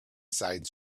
side